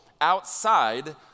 outside